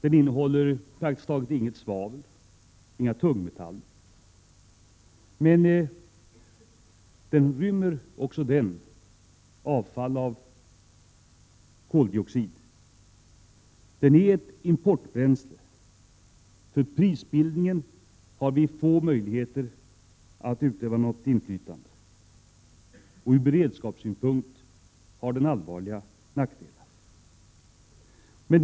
Den innehåller praktiskt taget inget svavel och inga tungmetaller. Men den åstadkommer avfall i form av koldioxid och den är ett importbränsle, vars prisbild vi har små möjligheter att ha inflytande över. Ur beredskapssynpunkt har gasen otvetydiga nackdelar.